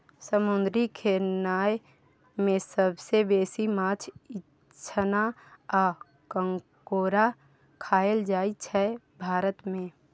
समुद्री खेनाए मे सबसँ बेसी माछ, इचना आ काँकोर खाएल जाइ छै भारत मे